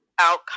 outcome